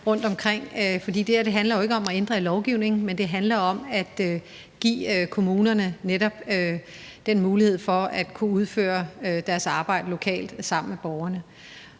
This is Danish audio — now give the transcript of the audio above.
her handler jo ikke om at ændre i lovgivningen, men det handler om at give kommunerne den mulighed for at kunne udføre deres arbejde lokalt sammen med borgerne.